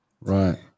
right